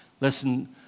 Listen